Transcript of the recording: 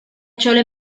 chole